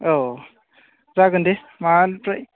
औ जागोन दे माबा ओमफ्राय